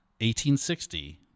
1860